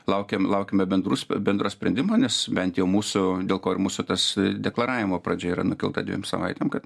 laukiam laukiame bendrų bendro sprendimo nes bent jau mūsų dėl ko ir mūsų tas deklaravimo pradžia yra nukelta dviem savaitėm kad